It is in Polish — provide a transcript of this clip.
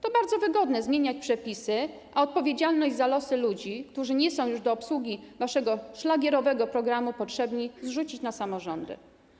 To bardzo wygodne zmieniać przepisy, a odpowiedzialność za losy ludzi, którzy nie są już do obsługi waszego szlagierowego programu potrzebni, zrzucić na samorządy.